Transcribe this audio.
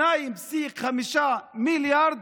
2.5 מיליארד,